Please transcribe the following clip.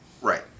Right